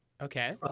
Okay